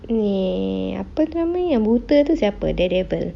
ni apa namanya yang buta tu siapa daredevil